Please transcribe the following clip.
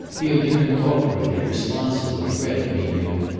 he had turned awkwardly, responsively red, he knew,